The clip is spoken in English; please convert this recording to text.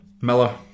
Miller